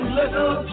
little